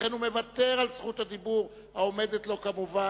לכן הוא מוותר על זכות הדיבור העומדת לו כמובן,